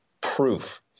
proof